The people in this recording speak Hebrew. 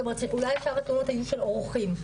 אולי שאר התלונות היו של אורחים.